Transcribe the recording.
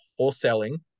wholesaling